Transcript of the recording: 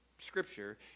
scripture